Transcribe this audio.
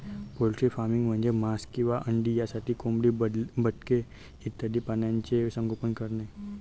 poultry farming म्हणजे मांस किंवा अंडी यासाठी कोंबडी, बदके इत्यादी प्राण्यांचे संगोपन करणे